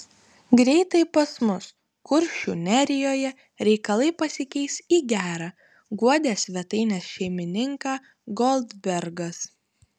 greitai pas mus kuršių nerijoje reikalai pasikeis į gera guodė svetainės šeimininką goldbergas